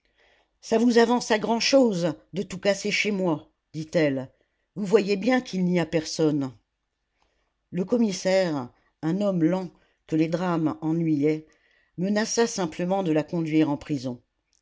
ça vous avance à grand-chose de tout casser chez moi dit-elle vous voyez bien qu'il n'y a personne le commissaire un homme lent que les drames ennuyaient menaça simplement de la conduire en prison